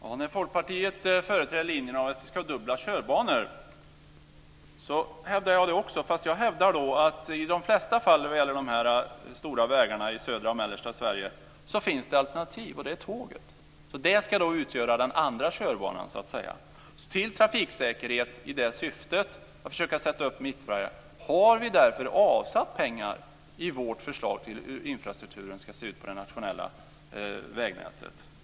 Herr talman! Folkpartiet företräder linjen för dubbla körbanor. Det hävdar jag också, fastän jag hävdar att i de flesta fall när det gäller de stora vägarna i södra och mellersta Sverige finns det alternativ, och det är tåget. Det ska utgöra den andra körbanan. För trafiksäkerhet har vi därför avsatt pengar i vårt förslag till hur infrastrukturen ska se ut på det nationella vägnätet.